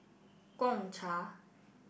Gong Cha